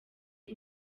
y’u